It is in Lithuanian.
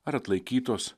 ar atlaikytos